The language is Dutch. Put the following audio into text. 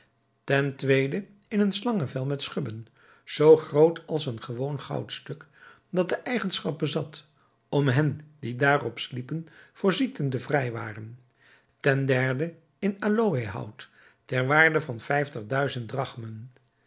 ten tweede in een slangenvel met schubben zoo groot als een gewoon goudstuk dat de eigenschap bezat om hen die daarop sliepen voor ziekten te vrijwaren ten derde in aloëhout ter waarde van vijftig duizend drachmen